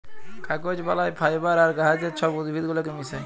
কাগজ বালায় ফাইবার আর গাহাচের ছব উদ্ভিদ গুলাকে মিশাঁয়